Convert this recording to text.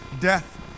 death